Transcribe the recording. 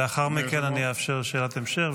לאחר מכן אני אאפשר שאלת המשך,